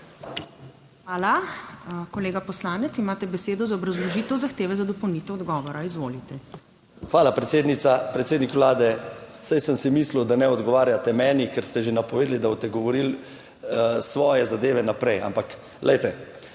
Hvala Kolega poslanec, imate besedo za obrazložitev zahteve za dopolnitev odgovora, izvolite. **JANEZ CIGLER KRALJ (PS NSi):** Hvala predsednica, predsednik Vlade. Saj sem si mislil, da ne odgovarjate meni, ker ste že napovedali, da boste govorili svoje zadeve naprej, ampak glejte,